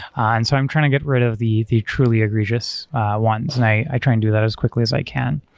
and so i'm trying to get rid of the the truly egregious ones and i try and do that as quickly as i can.